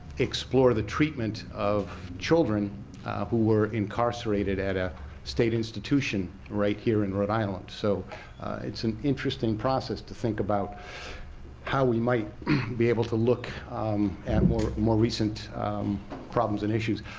explore the treatment of children who were incarcerated at a state institution right here in rhode island. so it's an interesting process to think about how we might be able to look at more more recent problems and issues.